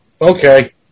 Okay